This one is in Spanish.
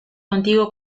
contigo